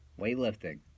weightlifting